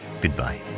goodbye